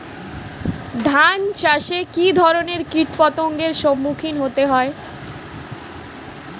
ধান চাষে কী ধরনের কীট পতঙ্গের সম্মুখীন হতে হয়?